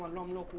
an ominous